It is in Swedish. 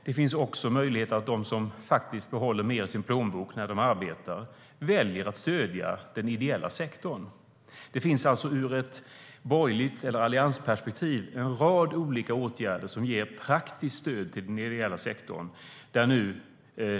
Det finns också en möjlighet för dem som behåller mer i sin plånbok när de arbetar att välja att stödja den ideella sektorn. Det finns alltså ur ett alliansperspektiv en rad olika åtgärder som ger praktiskt stöd till den ideella sektorn.